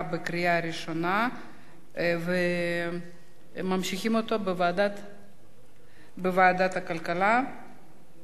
לוועדת הכלכלה נתקבלה.